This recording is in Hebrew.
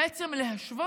בעצם להשוות,